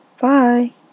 bye